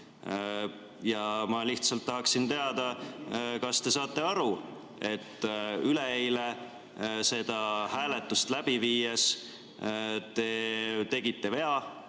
Ma lihtsalt tahaksin teada, kas te saate aru, et üleeile seda hääletust läbi viies te tegite vea,